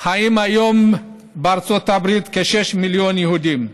חיים היום בארצות הברית כ-6 מיליון יהודים,